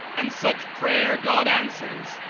and such prayer god answers,